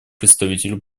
представителю